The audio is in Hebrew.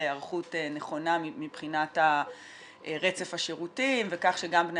להיערכות נכונה מבחינת רצף השירותים כך שגם בני